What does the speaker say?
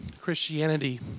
Christianity